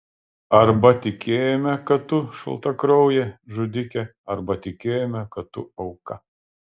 arba tikėjome kad tu šaltakraujė žudikė arba tikėjome kad tu auka